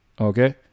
Okay